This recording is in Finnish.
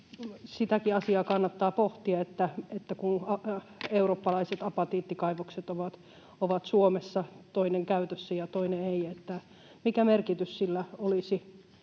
sitäkin asiaa kannattaa pohtia, että kun eurooppalaiset apatiittikaivokset ovat Suomessa — toinen käytössä ja toinen ei — niin mikä merkitys sillä olisi